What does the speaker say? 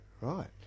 right